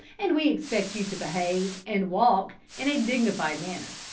and we expect you to behave and walk in a dignified manner,